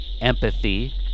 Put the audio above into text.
empathy